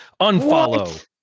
unfollow